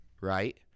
right